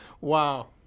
Wow